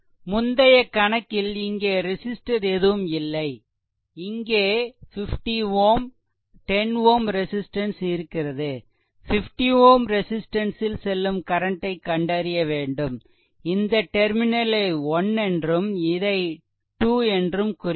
முந்தைய கணக்கில் இங்கே ரெசிஸ்ட்டர் எதுவும் இல்லை இங்கே 50 Ω 10 Ω ரெசிஸ்ட்டன்ஸ் இருக்கிறது 50 Ω ரெசிஸ்ட்டன்ஸ் ல் செல்லும் கரண்ட் ஐ கண்டறிய வேண்டும் இந்த டெர்மினலை 1 என்றும் இதை 2 என்றும் குறிக்கலாம்